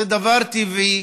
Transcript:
זה דבר טבעי,